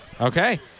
Okay